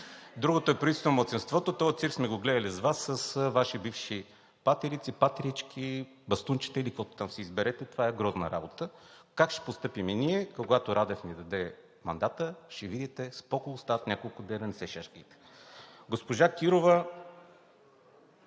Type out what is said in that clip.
Другото е правителство на малцинството. Този цирк сме го гледали с Вас, с Ваши бивши патерици, патерички, бастунчета или каквото там си изберете, това е грозна работа. Как ще постъпим ние? Когато Радев ни даде мандата, ще видите. Споко. Остават няколко дни, не се шашкайте. Госпожа Кирова.